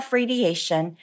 radiation